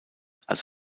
als